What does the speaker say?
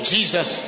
Jesus